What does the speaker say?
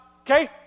okay